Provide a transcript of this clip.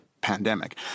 pandemic